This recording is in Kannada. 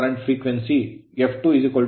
ಆದರೆ ಪೂರ್ಣ ಲೋಡ್ ನಲ್ಲಿ ರೋಟರ್ slip ಸ್ಲಿಪ್ sfl 0